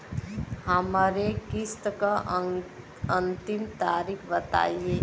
हमरे किस्त क अंतिम तारीख बताईं?